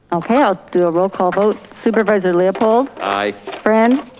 okay, i'll do a roll call vote. supervisor leopold. aye. friend.